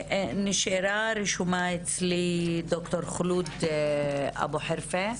נשארה רשומה אצלי ד"ר חולוד אבו חרפה.